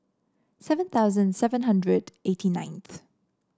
seven thousand seven hundred eighty ninth